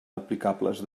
aplicables